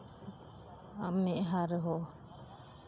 ᱟᱨ ᱢᱮᱫᱦᱟ ᱨᱮᱦᱚᱸ